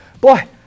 Boy